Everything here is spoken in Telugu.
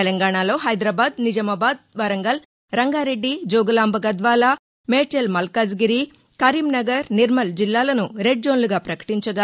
తెలంగాణలో హైదరాబాద్ నిజామాబాద్ వరంగల్ రంగారెడ్డి జోగులాంబ గద్వాల మేడ్చల్ మల్కాజ్గిరి కరీంనగర్ నిర్మల్ జిల్లాలను రెడ్ జోన్లగా ప్రకటించగా